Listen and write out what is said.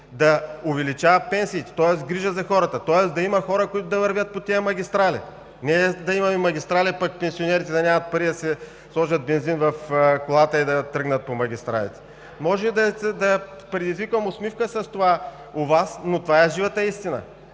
да увеличава пенсиите, тоест, грижа за хората, да има хора, които да вървят по тези магистрали. Не да имаме магистрали, а пък пенсионерите да нямат пари да си сложат бензин в колата и да тръгнат по магистралите. Може с това да предизвиквам усмивка у Вас, но това е живата истина.